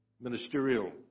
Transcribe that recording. ministerial